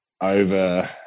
over